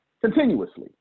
Continuously